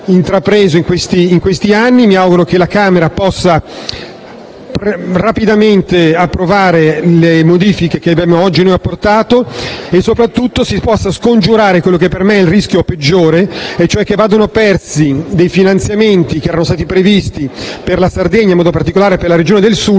mi auguro che la Camera possa rapidamente approvare le modifiche che oggi abbiamo apportato al disegno di legge e soprattutto si possa scongiurare quello che per me è il rischio peggiore, e cioè che vadano persi dei finanziamenti che erano stati previsti per la Sardegna, in particolare per la regione del Sulcis,